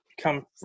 come